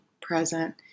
present